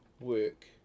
work